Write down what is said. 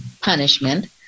punishment